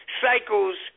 cycles